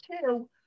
two